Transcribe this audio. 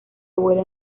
vuelo